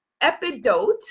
Epidote